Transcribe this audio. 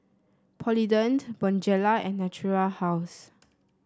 Polident Bonjela and Natura House